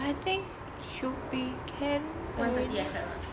I think should be can one thirty I clap